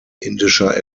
indischer